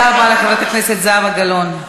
איזה כדור, תודה רבה לחברת הכנסת זהבה גלאון.